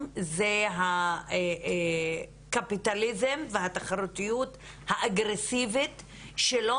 זה הקפיטליזם והתחרותיות האגרסיבית שלא